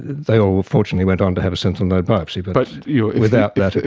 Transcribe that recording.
they all fortunately went on to have a sentinel node biopsy but but yeah without that,